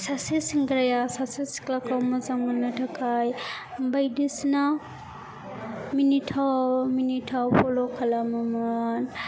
सासे सेंग्राया सासे सिख्लाखौ मोजां मोननो थाखाय बायदिसिना मिनिथाव मिनिथाव फल' खालामोमोन